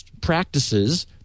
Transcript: practices